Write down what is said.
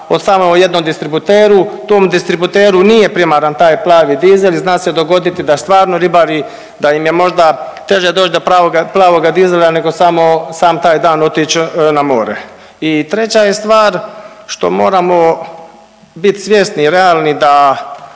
o samo jednom distributeru, tom distributeru nije primaran taj plavi dizel i zna se dogoditi da stvarno ribari, da im je može teže doći do plavoga dizela nego samo sam taj otići na more. I treća je stvar što moramo biti svjesni, realni da